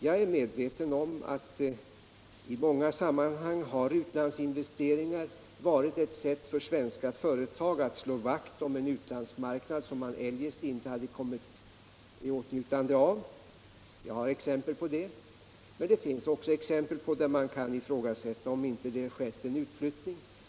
Jag är medveten om att utlandsinvesteringar i många sammanhang har varit ett sätt för svenska företag att slå vakt om en utlandsmarknad som man eljest inte hade kommit i åtnjutande av. Jag har exempel på det. Men det finns också exempel där man kan ifrågasätta om det inte har skett en utflyttning.